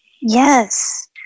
Yes